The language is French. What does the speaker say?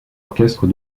orchestre